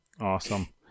awesome